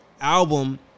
album